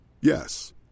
Yes